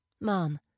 mom